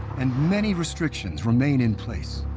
and many restrictions remain in place.